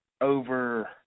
over